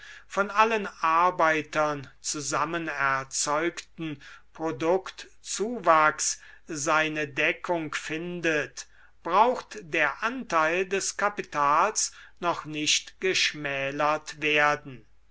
von allen arbeitern zusammen erzeugten produktzuwachs seine deckung findet braucht der anteil des kapitals noch nicht geschmälert werden